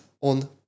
on